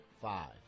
five